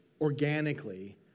organically